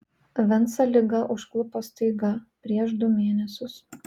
vincą liga užklupo staiga prieš du mėnesius